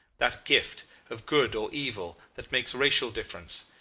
that gift, of good or evil that makes racial difference,